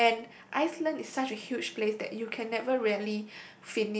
and Iceland is such a huge place that you can never really